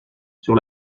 sur